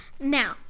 Now